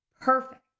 perfect